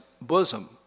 bosom